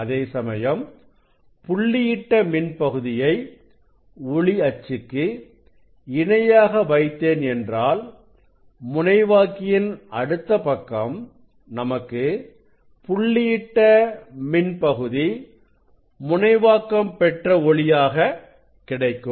அதேசமயம் புள்ளியிட்ட மின் பகுதியை ஒளி அச்சுக்கு இணையாக வைத்தேன் என்றால் முனைவாக்கியின் அடுத்த பக்கம் நமக்கு புள்ளியிட்ட மின் பகுதி முனைவாக்கம் பெற்ற ஒளியாக கிடைக்கும்